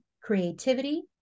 creativity